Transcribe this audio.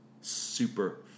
super